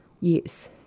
yes